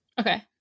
Okay